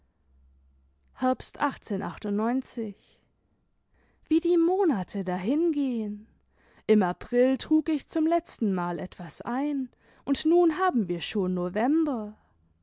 wie die monate dahingehen im april trug ich zum letztenmal etwas ein und nun haben wir schon november